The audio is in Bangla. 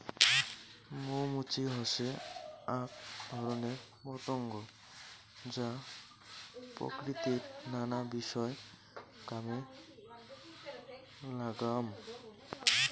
মৌ মুচি হসে আক ধরণের পতঙ্গ যা প্রকৃতির নানা বিষয় কামে লাগাঙ